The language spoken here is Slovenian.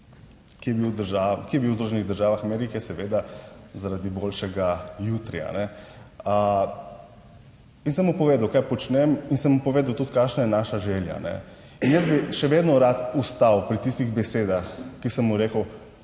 ki je bil v Združenih državah Amerike, seveda zaradi boljšega jutri ne. In sem mu povedal, kaj počnem in sem mu povedal tudi, kakšna je naša želja, in jaz bi še vedno rad ostal pri tistih besedah, ki sem mu rekel,